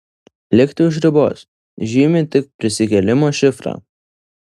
likti už ribos žymi tik prisikėlimo šifrą